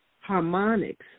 harmonics